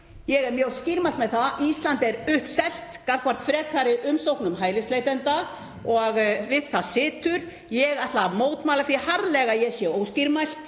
ég er mjög skýr með það: Ísland er uppselt gagnvart frekari umsóknum hælisleitenda og við það situr. Ég ætla að mótmæla því harðlega að ég sé óskýrmælt.